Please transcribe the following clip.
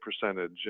percentage